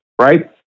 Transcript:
Right